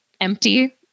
empty